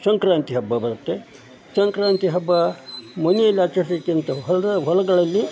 ಸಂಕ್ರಾಂತಿ ಹಬ್ಬ ಬರುತ್ತೆ ಸಂಕ್ರಾಂತಿ ಹಬ್ಬ ಮನೆಯಲ್ಲಿ ಆಚರಿಸೋಕ್ಕಿಂತ ಹೊಲಗಳಲ್ಲಿ